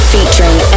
Featuring